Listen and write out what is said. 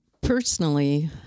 Personally